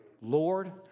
Lord